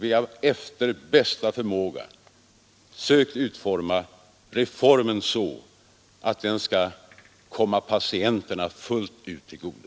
Vi har efter bästa förmåga sökt utforma reformen så, att den skall komma patienterna fullt ut till godo.